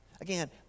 Again